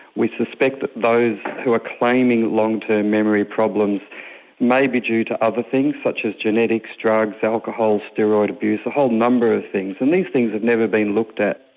we suspect that those who are claiming long-term memory problems may be due to other things such as genetics, drugs, alcohol, steroid abuse, a whole number of things, and these things have never been looked at.